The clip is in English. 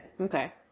Okay